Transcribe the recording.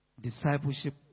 Discipleship